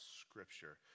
scripture